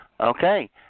Okay